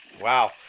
Wow